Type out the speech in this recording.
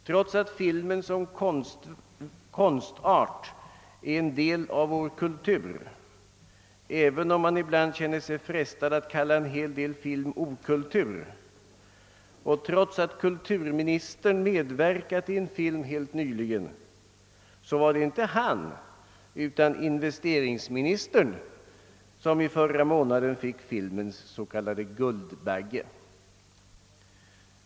Trots att filmen som konstart är en del av vår kultur — även om man ibland känner sig frestad att kalla en hel del film för okultur — och trots att kulturministern medverkat i en film helt nyligen var det inte han utan investeringsministern som i förra månaden fick filmens s.k. Guldbagge.